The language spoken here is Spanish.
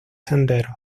senderos